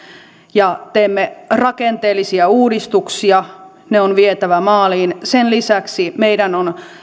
ja teemme rakenteellisia uudistuksia ne on vietävä maaliin sen lisäksi meidän on